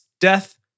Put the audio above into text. Death